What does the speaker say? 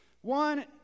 One